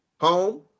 Home